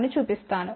అని చూపిస్తాను